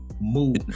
move